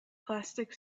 plastic